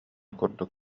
курдук